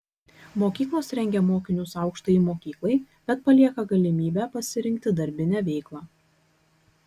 mokyklos rengia mokinius aukštajai mokyklai bet palieka galimybę pasirinkti darbinę veiklą